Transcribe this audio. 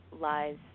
lies